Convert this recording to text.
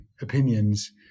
opinions